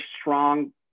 strong